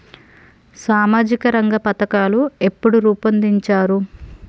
సామాజిక రంగ పథకాలు ఎప్పుడు రూపొందించారు?